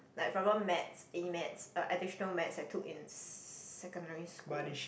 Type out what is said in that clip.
like for example maths E-Maths um additional math I took in secondary school